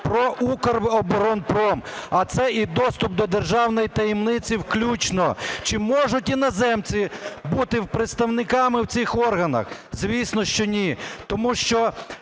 про "Укроборонпром", а це і доступ до державної таємниці включно. Чи можуть іноземці бути представникам в цих органах? Звісно, що ні, тому що